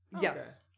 Yes